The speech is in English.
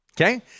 Okay